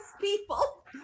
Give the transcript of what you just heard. people